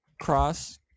cross